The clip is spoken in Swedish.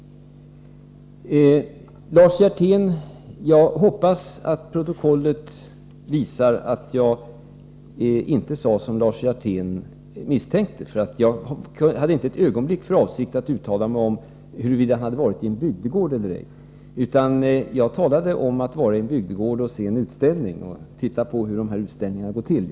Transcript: Sedan hoppas jag att protokollet visar att jag inte sade som Lars Hjertén misstänkte. Jag hade inte ett ögonblick för avsikt att uttala mig om huruvida han hade varit i en bygdegård eller ej, utan jag talade om att besöka en bygdegård och se hur utställningarna där går till.